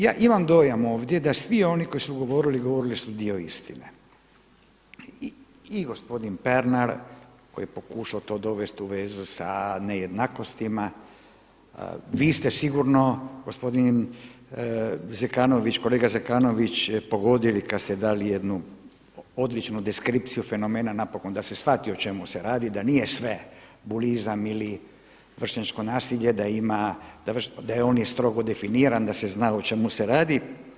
Ja imam dojam ovdje da svi oni koji su govorili, govorili su dio istine i gospodin Pernar koji je pokušao to dovesti u vezu sa nejednakostima, vi ste sigurno gospodine kolega Zekanović pogodili kada ste dali jednu odličnu deskripciju fenomena napokon da se shvati o čemu se radi, da nije sve bulizam ili vršnjačko nasilje, da je on strogo definiran da se zna o čemu se radi.